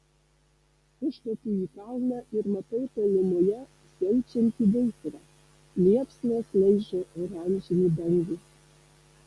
užkopiu į kalną ir matau tolumoje siaučiantį gaisrą liepsnos laižo oranžinį dangų